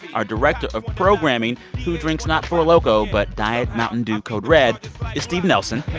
our director of programming, who drinks not four loko but diet mountain dew code red, is steve nelson.